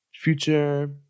future